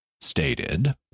stated